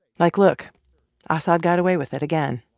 like, look assad got away with it again.